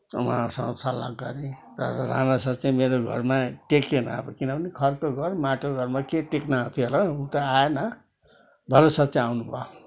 उहाँसँग सल्लाह गरेँ तर राना सर चाहिँ मेरो घरमा टेकेन अब किनभने खरको घर माटोको घरमा के टेक्न आउँथ्यो होला र ऊ त आएन भरत सर चाहिँ आउनुभयो